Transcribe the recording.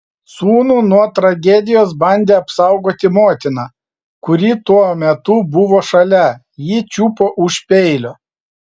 sūnų nuo tragedijos bandė apsaugoti motina kuri tuo metu buvo šalia ji čiupo už peilio